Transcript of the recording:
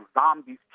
zombies